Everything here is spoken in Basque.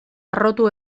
harrotu